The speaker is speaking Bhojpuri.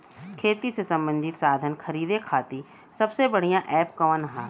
खेती से सबंधित साधन खरीदे खाती सबसे बढ़ियां एप कवन ह?